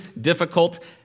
difficult